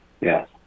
Yes